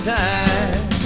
time